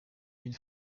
une